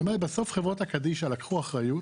זאת אומרת בסוף חברות הקדישא לקחו אחריות